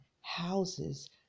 houses